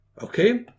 okay